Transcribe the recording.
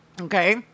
Okay